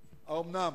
האומנם?